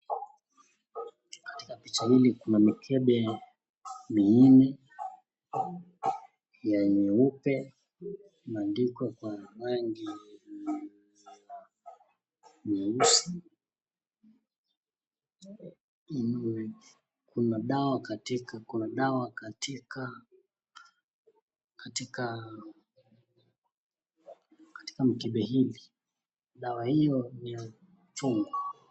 Katika Picha Ili Kuna mikebe minne. Ya nyeupe ilioandikwa kwa rangi ,na meusi Kuna dawa katika mikebe hili, dawa hiyo ni ya chugwa.